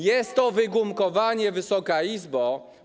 Jest to wygumkowanie, Wysoka Izbo.